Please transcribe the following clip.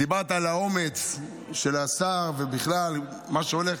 דיברת על האומץ של השר ובכלל מה שהולך.